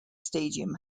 stadium